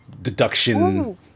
Deduction